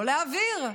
לא להעביר,